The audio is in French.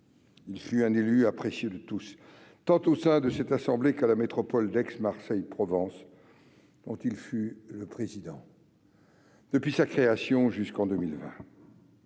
Il fut un élu apprécié de tous, tant au sein de cette assemblée qu'à la Métropole d'Aix-Marseille-Provence, dont il fut vice-président de 2016 à 2020. En juin 2019,